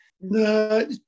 No